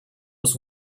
was